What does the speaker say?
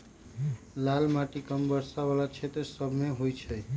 लाल माटि कम वर्षा वला क्षेत्र सभमें होइ छइ